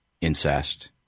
incest